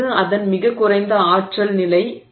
இது அதன் மிகக் குறைந்த ஆற்றல் நிலை அல்ல